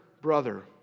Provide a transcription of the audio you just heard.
brother